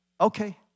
okay